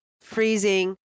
freezing